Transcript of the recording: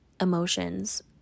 emotions